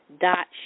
dot